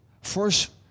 first